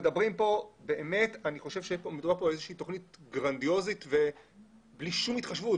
אני חושב שמדובר פה על איזושהי תוכנית גרנדיוזית בלי שום התחשבות,